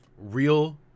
real